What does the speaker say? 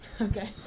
Okay